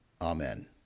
Amen